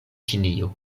ĉinio